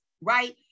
right